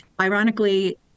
ironically